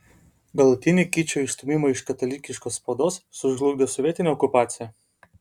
galutinį kičo išstūmimą iš katalikiškos spaudos sužlugdė sovietinė okupacija